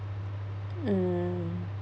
mm